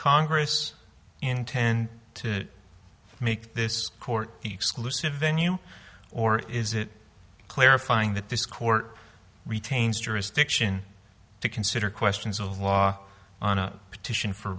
congress intend to make this court exclusive venue or is it clarifying that this court retains jurisdiction to consider questions of law on a petition for